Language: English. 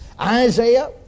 Isaiah